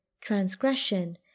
transgression